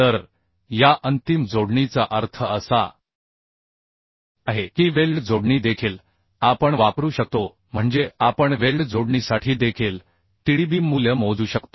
तर या अंतिम जोडणीचा अर्थ असा आहे की वेल्ड जोडणी देखील आपण वापरू शकतो म्हणजे आपण वेल्ड जोडणीसाठी देखील TDB मूल्य मोजू शकतो